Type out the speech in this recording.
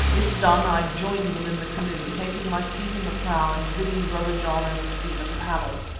this done, i joined them in the canoe, taking my seat in the prow and bidding brother john and stephen paddle.